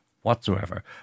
whatsoever